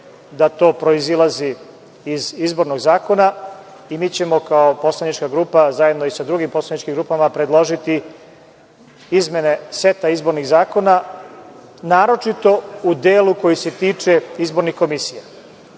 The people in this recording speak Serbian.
da to proizilazi iz izbornog zakona i mi ćemo kao poslanička grupa i zajedno i sa drugim poslaničkim grupama predložiti izmene seta izbornih zakona, naročito u delu koji se tiče izbornih komisija. Sve